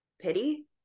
pity